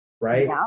right